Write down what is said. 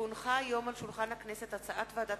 כי הונחה היום על שולחן הכנסת הצעת ועדת